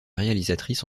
réalisatrice